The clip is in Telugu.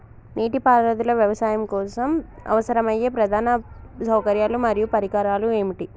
నీటిపారుదల వ్యవసాయం కోసం అవసరమయ్యే ప్రధాన సౌకర్యాలు మరియు పరికరాలు ఏమిటి?